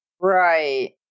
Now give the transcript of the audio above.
Right